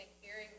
hearing